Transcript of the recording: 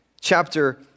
chapter